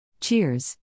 Cheers